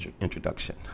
introduction